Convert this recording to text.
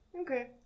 Okay